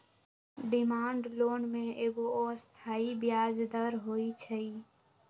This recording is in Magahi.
डिमांड लोन में एगो अस्थाई ब्याज दर होइ छइ